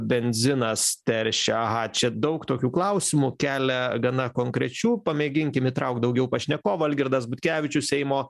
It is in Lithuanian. benzinas teršia aha čia daug tokių klausimų kelia gana konkrečių pamėginkim įtraukt daugiau pašnekovų algirdas butkevičius seimo